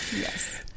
Yes